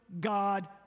God